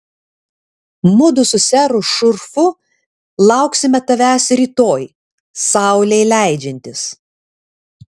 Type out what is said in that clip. mudu su seru šurfu lauksime tavęs rytoj saulei leidžiantis